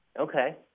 Okay